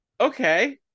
okay